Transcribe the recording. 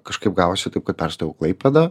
kažkaip gavosi taip kad perstojau į klaipėdą